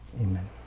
Amen